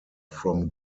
from